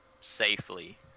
safely